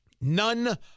None